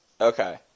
Okay